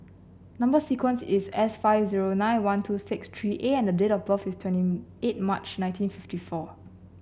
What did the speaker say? number sequence is S five zero nine one two six three A and date of birth is twenty eight March nineteen fifty four